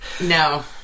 No